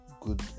good